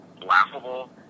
laughable